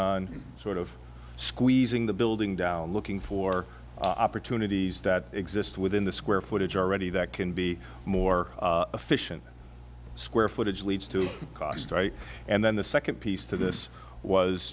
on sort of squeezing the building down looking for opportunities that exist within the square footage already that can be more efficient square footage leads to cost right and then the second piece to this was